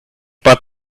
but